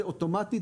זה אוטומטית.